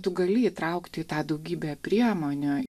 tu gali įtraukti į tą daugybę priemonių